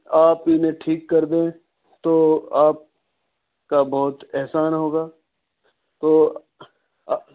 آپ انہیں ٹھیک کر دیں تو آپ کا بہت احسان ہوگا تو